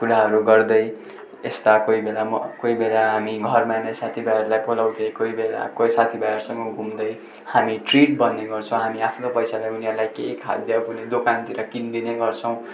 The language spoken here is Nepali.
कुराहरू गर्दै यस्ता कोही बेला म कोही बेला हामी घरमा नै साथीभाइहरूलाई बोलाउँथे कोही बेला कोही साथीभाइहरूसँग घुम्दै हामी ट्रिट भन्ने गर्छौँ हामी आफ्नो पैसाले उनीहरूलाई केही खाद्य पनि दोकानतिर किनिदिने गर्छौँ